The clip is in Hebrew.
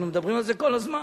אנחנו מדברים על זה כל הזמן.